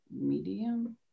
medium